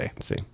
see